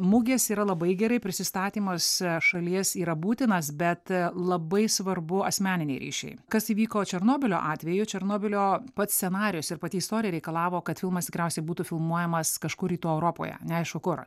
mugės yra labai gerai prisistatymas šalies yra būtinas bet labai svarbu asmeniniai ryšiai kas įvyko černobylio atveju černobylio pats scenarijus ir pati istorija reikalavo kad filmas tikriausiai būtų filmuojamas kažkur rytų europoje neaišku kur